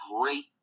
great